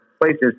places